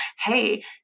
hey